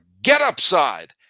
GetUpside